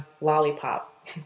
lollipop